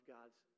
God's